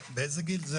באיזה גיל שלך זה